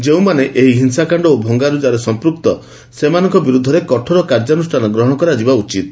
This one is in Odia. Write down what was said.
ଯେଉଁମାନେ ଏହି ହିଂସାକାଣ୍ଡ ଓ ଭଙ୍ଗାରୁଜାରେ ସମ୍ପୃକ୍ତ ସେମାନଙ୍କ ବିରୋଧରେ କଠୋର କାର୍ଯ୍ୟାନୁଷ୍ଠାନ ଗ୍ରହଣ କରାଯିବା ଉଚିତ୍